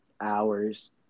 hours